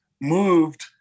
moved